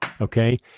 okay